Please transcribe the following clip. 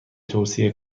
توصیه